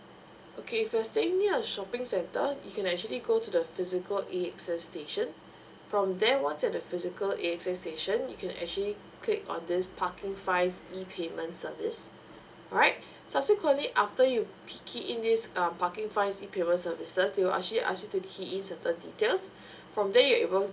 okay if you're staying near a shopping centre you can actually go to the physical E access station from there once you are at the physical E access station you can actually click on this parking fines e payments service alright subsequently after you key in this um parking fines e payment services they will actually ask you to key in certain details from there you're able